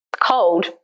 cold